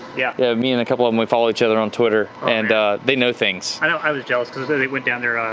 yeah yeah me and a couple of them, we follow each other on twitter and they know things. i know, i was jealous because they went down there,